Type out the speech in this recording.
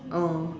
oh